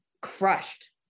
crushed